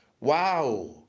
Wow